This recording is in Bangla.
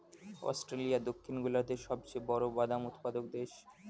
অস্ট্রেলিয়া দক্ষিণ গোলার্ধের সবচেয়ে বড় বাদাম উৎপাদক দেশ